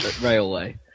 railway